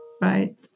Right